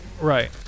right